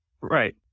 right